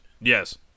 Yes